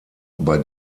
bei